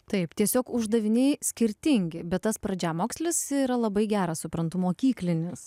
taip tiesiog uždaviniai skirtingi bet tas pradžiamokslis yra labai geras suprantu mokyklinis